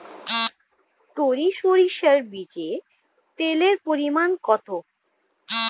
টরি সরিষার বীজে তেলের পরিমাণ কত?